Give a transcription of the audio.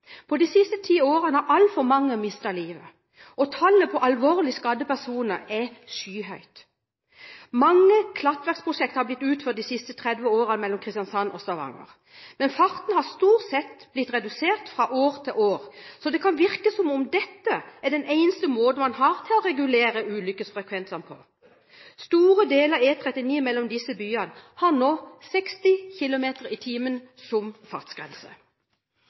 strekninger. De siste ti årene har altfor mange mistet livet. Tallet på alvorlig skadde personer er skyhøyt. Mange klattverksprosjekter har blitt utført de siste 30 årene på veien mellom Kristiansand og Stavanger. Men farten har stort sett blitt redusert fra år til år, så det kan virke som om dette er det eneste midlet man har til å regulere ulykkesfrekvensen. Store deler av E39 mellom disse byene har nå 60 km/t som fartsgrense.